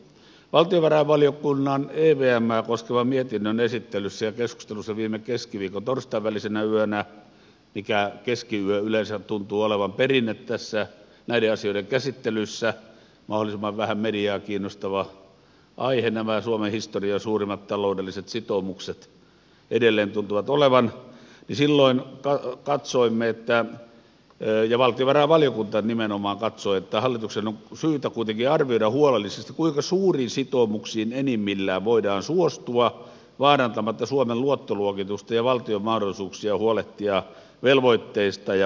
valtiovarainvaliokunnan evmää koskevan mietinnön esittelyssä ja keskustelussa viime keskiviikon ja torstain välisenä yönä keskiyö yleensä tuntuu olevan perinne näiden asioiden käsittelyssä mahdollisimman vähän mediaa kiinnostava aihe nämä suomen historian suurimmat taloudelliset sitoumukset edelleen tuntuvat olevan ja silloin ottaa katsoimme että löyly valtiovarainvaliokunta katsoi että hallituksen on syytä kuitenkin arvioida huolellisesti kuinka suuriin sitoumuksiin enimmillään voidaan suostua vaarantamatta suomen luottoluokitusta ja valtion mahdollisuuksia huolehtia velvoitteistaan ja vastuistaan